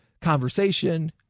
conversation